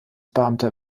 beamter